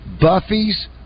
Buffy's